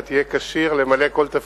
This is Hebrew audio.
אתה תהיה כשיר למלא כל תפקיד.